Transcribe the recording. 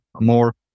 more